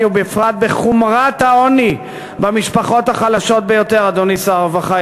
ובפרט בחומרת העוני במשפחות החלשות ביותר" אדוני שר הרווחה,